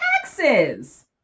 taxes